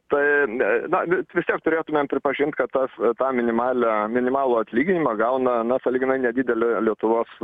tai ne na ne vis tiek turėtumėm pripažint kad tas tą minimalią minimalų atlyginimą gauna na sąlyginai nedidelė lietuvos